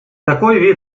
такой